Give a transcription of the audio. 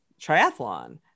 triathlon